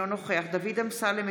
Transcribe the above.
אינו נוכח דוד אמסלם,